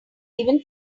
even